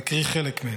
נקריא חלק מהם.